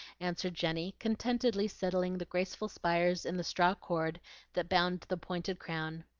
answered jenny, contentedly settling the graceful spires in the straw cord that bound the pointed crown.